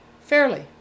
fairly